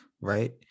right